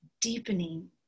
deepening